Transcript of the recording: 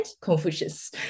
Confucius